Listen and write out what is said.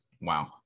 Wow